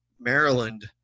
Maryland